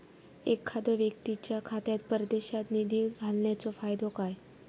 एखादो व्यक्तीच्या खात्यात परदेशात निधी घालन्याचो फायदो काय?